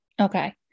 Okay